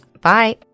Bye